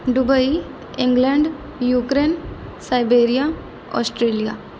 Dubai England Ukraine siberia Australia